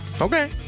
Okay